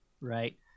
right